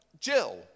Jill